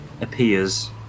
appears